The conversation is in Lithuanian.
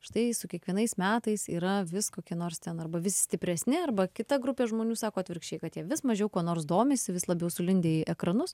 štai su kiekvienais metais yra vis kokie nors arba vis stipresni arba kita grupė žmonių sako atvirkščiai kad jie vis mažiau kuo nors domisi vis labiau sulindę į ekranus